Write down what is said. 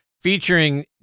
featuring